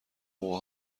موقع